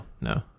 no